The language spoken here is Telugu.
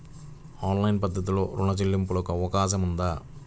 ఆన్లైన్ పద్ధతిలో రుణ చెల్లింపునకు అవకాశం ఉందా?